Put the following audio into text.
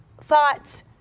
thoughts